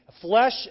Flesh